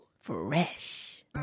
Fresh